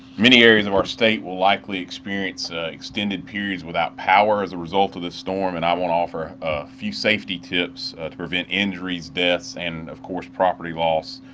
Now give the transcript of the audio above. many areas of our state will likely experience extended periods without power as a result of the storm and i want to offer a few safety tips ah to prevent injuries, deaths, and of course property loss.